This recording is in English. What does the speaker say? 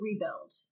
rebuild